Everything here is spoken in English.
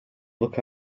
look